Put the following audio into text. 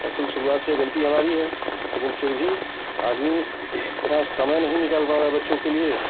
दरअसल सुरुआत से गलती हमारी है लेकिन फिर भी आदमी इतना समय नहीं निकाल पा रहा बच्चों के लिए